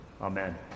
Amen